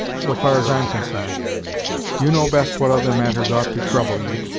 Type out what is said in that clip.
so far as i'm consarned you know best what other matters ought to trouble you,